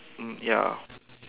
mm ya